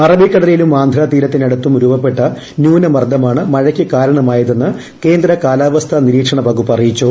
അറബിക്കടലിലും ആന്ധ്രാ തീരത്തിനടുത്തും രൂപപ്പെട്ട ന്യൂനമർദ്ദമാണ് മഴയ്ക്ക് കാരണമായതെന്ന് കേന്ദ്ര കാലാവസ്ഥാ നിരീക്ഷണ വകുപ്പ് അറിയിച്ചു